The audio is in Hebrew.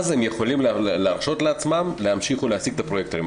אז הם יכולים להרשות לעצמם להמשיך ולהעסיק את הפרויקטים,